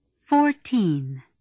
Fourteen